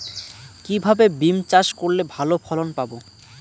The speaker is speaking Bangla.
কিভাবে বিম চাষ করলে ভালো ফলন পাব?